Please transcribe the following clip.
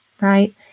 right